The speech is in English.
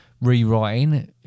rewriting